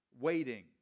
waiting